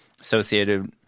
associated